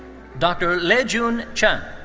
dr. lejun chan.